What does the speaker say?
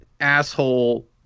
asshole